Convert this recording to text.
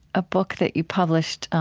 a book that you published,